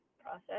process